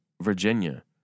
Virginia